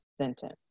sentence